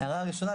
ההערה הראשונה,